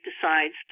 decides